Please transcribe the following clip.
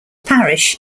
parish